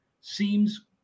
seems